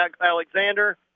Alexander